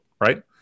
right